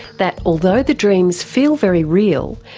that although the dreams feel very real,